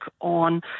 on